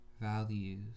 values